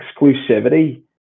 exclusivity